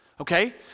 okay